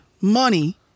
money